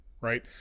right